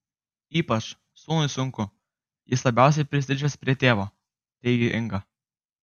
ypač sūnui sunku jis labiausiai prisirišęs prie tėvo teigė inga